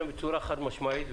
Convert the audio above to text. אני אומר לכם בצורה חד-משמעית,